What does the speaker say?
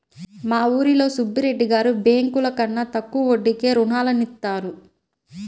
మా ఊరిలో సుబ్బిరెడ్డి గారు బ్యేంకుల కన్నా తక్కువ వడ్డీకే రుణాలనిత్తారు